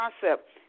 concept